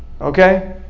Okay